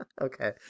Okay